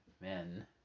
men